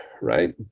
right